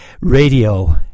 radio